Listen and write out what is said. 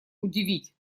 удивить